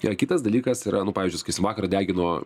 jei kitas dalykas yra nu pavyzdžiui sakysim vakar degino